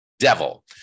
devil